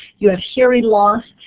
you have hearing loss.